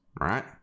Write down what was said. right